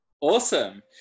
Awesome